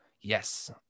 Yes